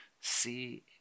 see